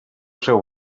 seu